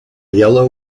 yellow